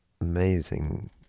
amazing